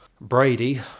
Brady